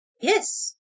Yes